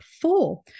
four